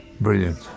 brilliant